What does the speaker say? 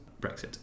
Brexit